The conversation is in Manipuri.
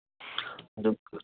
ꯑꯗꯨ